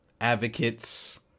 advocates